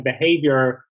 behavior